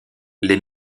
les